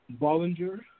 Bollinger